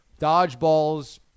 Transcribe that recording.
Dodgeballs